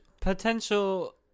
potential